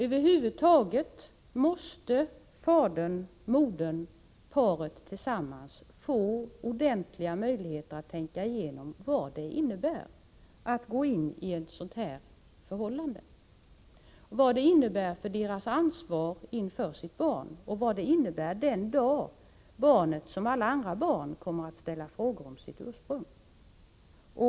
Över huvud taget måste fadern och modern, paret tillsammans, få ordentliga möjligheter att tänka igenom vad det innebär att gå in i ett sådant här förhållande, vad det innebär för deras ansvar inför sitt barn och vad det innebär den dag barnet, som alla andra barn, kommer att ställa frågor om sitt ursprung.